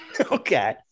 Okay